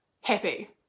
happy